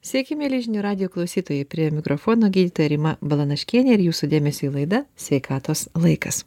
sveiki mieli žinių radijo klausytojai prie mikrofono gydytoja rima balanaškienė ir jūsų dėmesiui laida sveikatos laikas